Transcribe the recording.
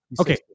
Okay